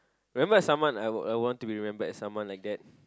remember as someone I would want I want to be remembered as someone like that